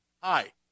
Hi